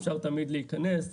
אפשר תמיד להיכנס.